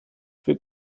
für